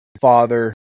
father